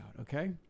Okay